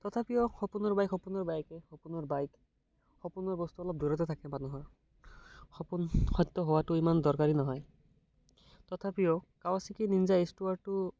তথাপিও সপোনৰ বাইক সপোনৰ বাইকে সপোনৰ বস্তু অলপ দূৰতে থাকে মানুহৰ সপোন সত্য সোৱাটো ইমান দৰকাৰী নহয় তথাপিও কালাছাকি নিঞ্জা এইচ টু আৰটো